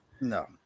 no